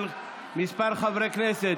של כמה חברי כנסת,